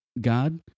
God